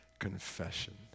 confession